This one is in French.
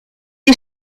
des